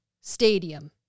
stadium